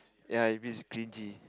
ya if it's cringy